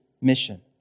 mission